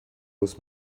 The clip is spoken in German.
muss